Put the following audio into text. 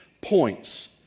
points